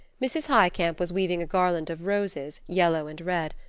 mrs. highcamp was weaving a garland of roses, yellow and red.